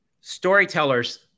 storytellers